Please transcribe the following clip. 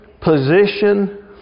position